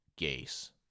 Gase